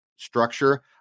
structure